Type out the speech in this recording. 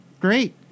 Great